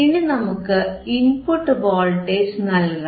ഇനി നമുക്ക് input voltage നൽകണം